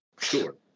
Sure